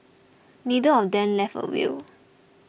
neither of them left a will